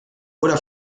oder